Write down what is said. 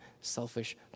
selfish